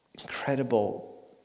incredible